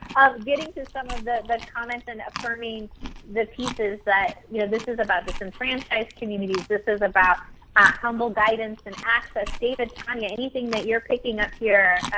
getting to some of the comments and affirming the pieces that you know this is about disenfranchised communities, this is about humble guidance and access. david, tanya, anything that you're picking up here?